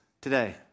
today